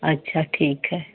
अच्छा ठीक है